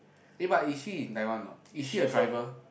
eh but is she in Taiwan or not is she a driver